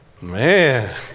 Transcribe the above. Man